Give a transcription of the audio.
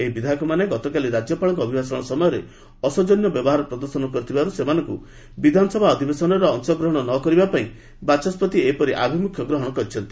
ଏହି ବିଧାୟକମାନେ ଗତକାଲି ରାଜ୍ୟପାଳଙ୍କ ଅଭିଭାଷଣ ସମୟରେ ଅସୌଜନ୍ୟ ବ୍ୟବହାର ପ୍ରଦର୍ଶନ କରିଥିବାରୁ ସେମାନଙ୍କୁ ବିଧାନସଭା ଅଧିବେଶନରେ ଅଂଶଗ୍ରହଣ ନ କରିବା ପାଇଁ ବାଚସ୍କତି ଏହି ଅଭିମୁଖ୍ୟ ଗ୍ରହଣ କରିଛନ୍ତି